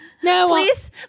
Please